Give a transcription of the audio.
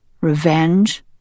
Revenge